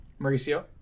Mauricio